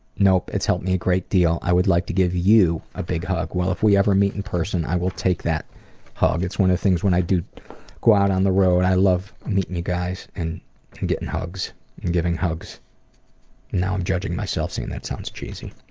nope, it's helped me a great deal, and i would like to give you a big hug. well, if we ever meet in person, i will take that hug. it's one of the things when i do go out on the road, i love meeting you guys and and getting hugs and giving hugs. and now i'm judging myself, saying that sounds cheesy.